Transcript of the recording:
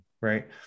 right